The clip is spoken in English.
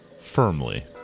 Firmly